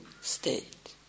state